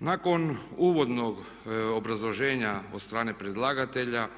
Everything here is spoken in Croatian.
Nakon uvodnog obrazloženja od strane predlagatelja